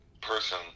person